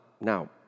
now